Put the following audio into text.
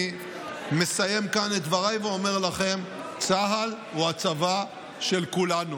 אני מסיים כאן את דבריי ואומר לכם: צה"ל הוא הצבא של כולנו,